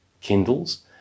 Kindles